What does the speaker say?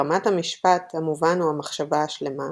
ברמת המשפט, המובן הוא המחשבה השלמה,